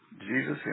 Jesus